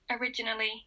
originally